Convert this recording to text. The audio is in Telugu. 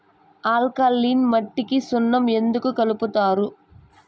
ఆల్కలీన్ మట్టికి సున్నం ఎందుకు కలుపుతారు